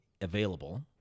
available